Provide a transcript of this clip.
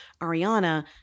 Ariana